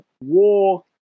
War